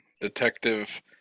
detective